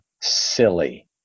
silly